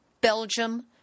Belgium